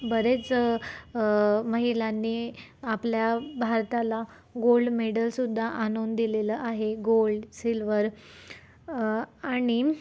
बरेच महिलांनी आपल्या भारताला गोल्ड मेडलसुद्धा आणून दिलेलं आहे गोल्ड सिल्वर आणि